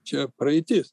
čia praeitis